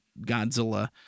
Godzilla